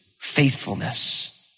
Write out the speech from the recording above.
faithfulness